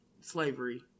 slavery